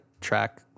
track